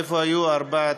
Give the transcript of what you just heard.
איפה היו ארבעת